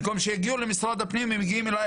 במקום שיגיעו למשרד הפנים הם מגיעים אליי